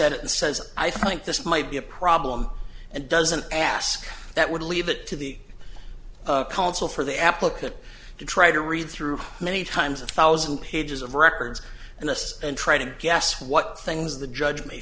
at it and says i think this might be a problem and doesn't ask that would leave it to the counsel for the applicant to try to read through many times and thousand pages of records and this and try to guess what things the judge may